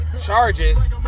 charges